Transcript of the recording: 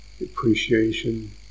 appreciation